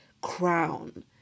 crown